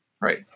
Right